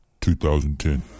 2010